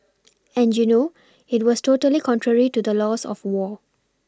and you know it was totally contrary to the laws of war